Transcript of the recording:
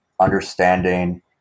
understanding